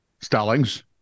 Stallings